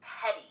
petty